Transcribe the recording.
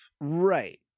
Right